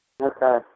Okay